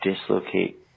dislocate